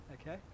Okay